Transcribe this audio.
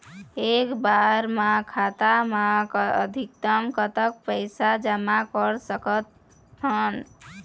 एक बार मा खाता मा अधिकतम कतक पैसा जमा कर सकथन?